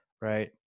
right